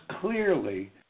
clearly